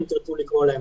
אם תרצו לקרוא להם,